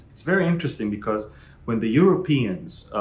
it's very interesting because when the europeans,